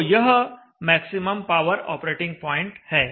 तो यह maximum power operating point है